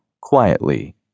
quietly